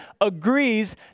agrees